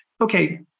Okay